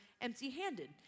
empty-handed